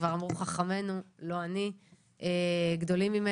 את זה כבר אמרו חכמינו, גדולים ממני,